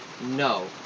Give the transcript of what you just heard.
No